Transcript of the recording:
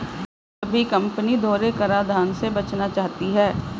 सभी कंपनी दोहरे कराधान से बचना चाहती है